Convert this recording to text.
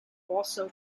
also